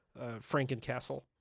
Frankencastle